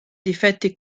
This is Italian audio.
difetti